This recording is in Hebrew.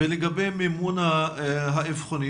ולגבי מימון האבחונים?